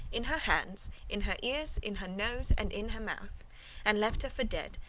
in her hands, in her ears, in her nose, and in her mouth and left her for dead,